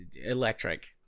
electric